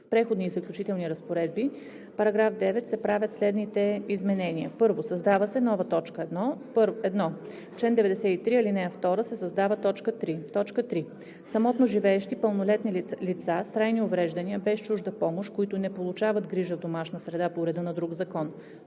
„В Преходни и заключителни разпоредби, в § 9 се правят следните изменения: „1. Създава се нова т. 1: „1. В чл. 93, ал. 2 се създава т. 3: „3. Самотно живеещи пълнолетни лица с трайни увреждания без чужда помощ, които не получават грижа в домашна среда по реда на друг закон.“